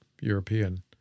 European